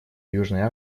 южной